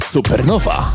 Supernova